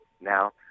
now